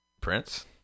prince